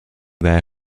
there